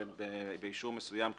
שבאישור מסוים,